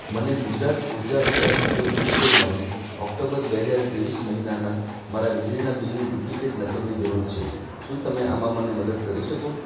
મને ગુજરાત ઊર્જા વિકાસ નિગમ લિમિટેડમાંથી ઓક્ટોબર બે હજાર ત્રેવીસ મહિનાના મારા વીજળીના બિલની ડુપ્લિકેટ નકલની જરૂર છે શું તમે આમાં મને મદદ કરી શકો